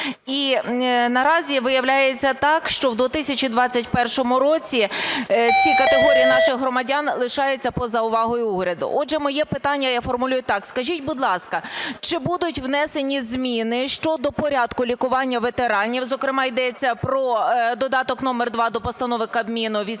і наразі виявляється так, що в 2021 році ці категорії наших громадян лишаються поза увагою уряду. Отже, моє питання, я формулюю так. Скажіть, будь ласка, чи будуть внесені зміни щодо порядку лікування ветеранів, зокрема йдеться про Додаток номер 2 до Постанови Кабміну від